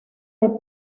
del